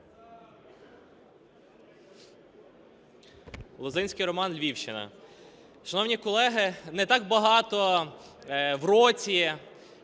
Лозинський Роман, Львівщина. Шановні колеги, не так багато в році,